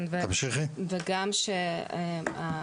זה פרט מאוד חשוב.